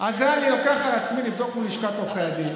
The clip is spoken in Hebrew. את זה אני לוקח על עצמי לבדוק מול לשכת עורכי הדין.